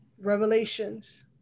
Revelations